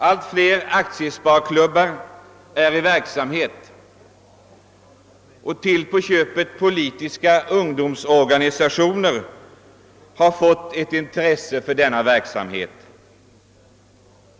Allt fler aktiesparklubbar bildas, och t.o.m. politiska ungdomsorganisationer har fattat intresse för denna verksamhet.